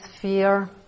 fear